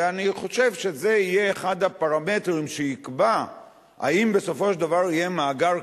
ואני חושב שזה יהיה אחד הפרמטרים שיקבעו אם בסופו של דבר יהיה מאגר,